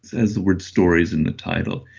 says the word stories in the title.